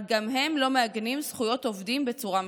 אבל גם הם לא מעגנים זכויות עובדים בצורה מספקת.